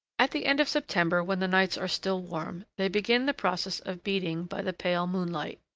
at the end of september, when the nights are still warm, they begin the process of beating, by the pale moonlight.